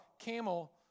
camel